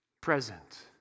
present